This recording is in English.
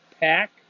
pack